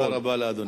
תודה רבה לאדוני.